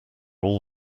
all